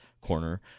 corner